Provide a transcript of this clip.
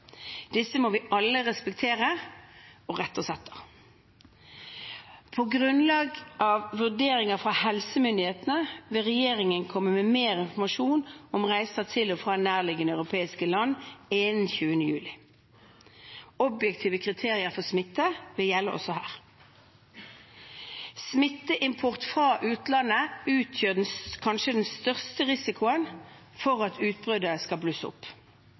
Disse må vi alle respektere og rette oss etter. På grunnlag av vurderinger fra helsemyndighetene vil regjeringen komme med mer informasjon om reiser til og fra nærliggende europeiske land innen 20. juli. Objektive kriterier for smitte vil gjelde også her. Smitteimport fra utlandet utgjør kanskje den største risikoen for at utbruddet skal blusse opp.